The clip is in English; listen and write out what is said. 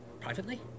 Privately